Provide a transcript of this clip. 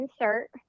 insert